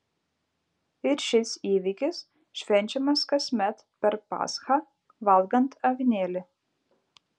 ir šis įvykis švenčiamas kasmet per paschą valgant avinėlį